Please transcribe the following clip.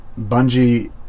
Bungie